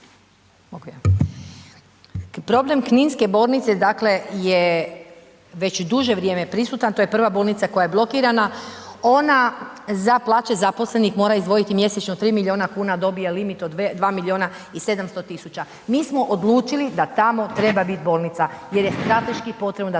Problem kninske bolnice dakle je već duže vrijeme prisutan, to je prva bolnica koja je blokirana, ona za plaće zaposlenih mora izdvojiti mjesečno 3 milijuna kuna, a dobije limit od 2 milijuna i 700 tisuća. Mi smo odlučili da tamo treba biti bolnica jer je strateški potrebno da